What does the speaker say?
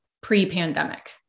pre-pandemic